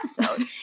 episode